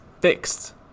fixed